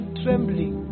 trembling